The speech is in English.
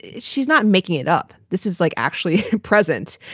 she's not making it up. this is like actually present.